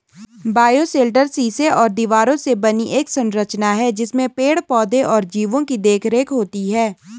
bioshelter शीशे और दीवारों से बनी एक संरचना है जिसमें पेड़ पौधे और जीवो की देखरेख होती है